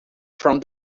from